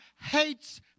hates